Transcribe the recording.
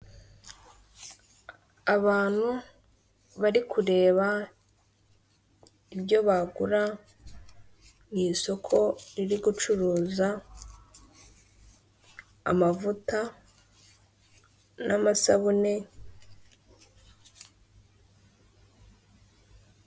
Abantu bari kureba ibyo bagura mw'isoko riri gucuruza amavuta n'amasabune..